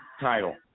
title